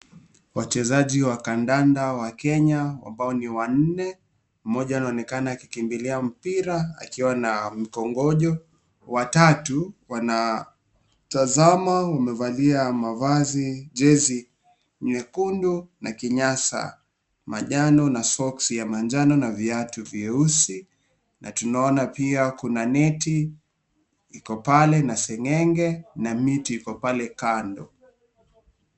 Wachezaji wa kandanda wa Kenya ambao ni wanne. Mmoja anaonekana akikimbilia mpira akiwa na mkongojo. Watatu wanatzama. Wamevalia mavazi, jezi nyekundu na kinyasa manjano na soksi ya manjano na viatu vyeusi na tunaona pia kuna neti ikopale na seng'enge na miti iko pale kando.